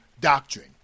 doctrine